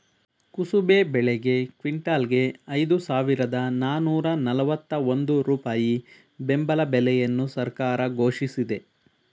ಕುಸುಬೆ ಬೆಳೆಗೆ ಕ್ವಿಂಟಲ್ಗೆ ಐದು ಸಾವಿರದ ನಾನೂರ ನಲ್ವತ್ತ ಒಂದು ರೂಪಾಯಿ ಬೆಂಬಲ ಬೆಲೆಯನ್ನು ಸರ್ಕಾರ ಘೋಷಿಸಿದೆ